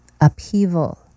upheaval